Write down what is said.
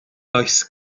does